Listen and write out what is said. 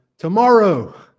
Tomorrow